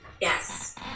Yes